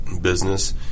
business